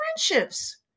friendships